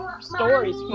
stories